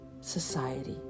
Society